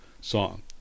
song